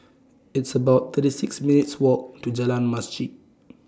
It's about thirty six minutes' Walk to Jalan Masjid